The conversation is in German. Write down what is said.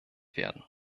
werden